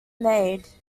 made